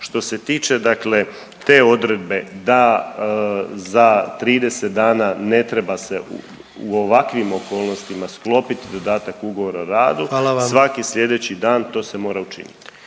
Što se tiče dakle te odredbe da za 30 dana ne treba se u ovakvim okolnostima sklopit dodatak ugovora o radu …/Upadica: Hvala vam./… svaki slijedeći dan to se mora učiniti.